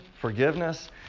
forgiveness